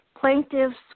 plaintiff's